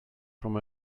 from